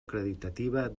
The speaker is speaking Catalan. acreditativa